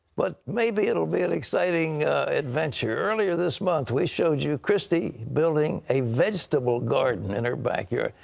but maybe it will be an exciting adventure. earlier this month, we showed you kristi building a vegetable garden in her backyard.